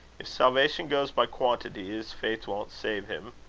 if salvation goes by quantity, his faith won't save him.